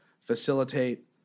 facilitate